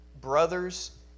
brothers